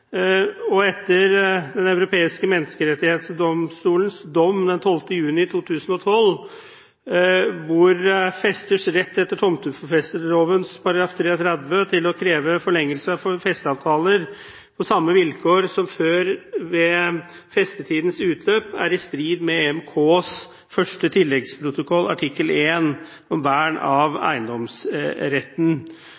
Den europeiske menneskerettighetsdomstolens dom den 12. juni 2012 sier at festers rett etter tomtefesteloven § 33 til å kreve forlengelse av festeavtaler på samme vilkår som før ved festetidens utløp, er i strid med EMKs første tilleggsprotokoll artikkel 1 om vern av